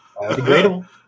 Biodegradable